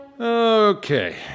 Okay